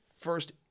first